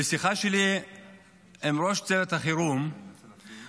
בשיחה שלי עם ראש צוות החירום ביישוב,